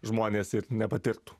žmonės ir nepatirtų